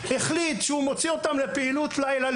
החליט שהוא מוציא אותם לפעילות לילית,